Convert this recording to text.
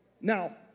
Now